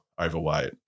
overweight